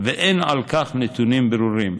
ואין על כך נתונים ברורים.